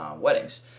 weddings